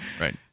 Right